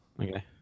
Okay